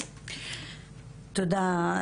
תודה,